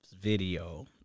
video